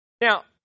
Now